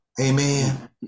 amen